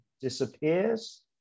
disappears